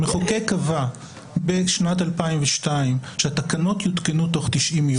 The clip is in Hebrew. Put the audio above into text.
המחוקק קבע בשנת 2002 שהתקנות יותקנו תוך 90 יום.